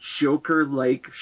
Joker-like